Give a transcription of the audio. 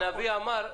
הנביא אמר: